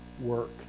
work